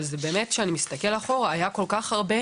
אבל כשאני מסתכל אחורה אני רואה שהיו הרבה